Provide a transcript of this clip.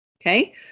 okay